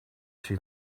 she